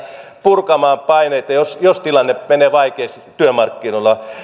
purkamaan paineita jos jos tilanne menee vaikeaksi työmarkkinoilla